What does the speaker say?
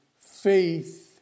faith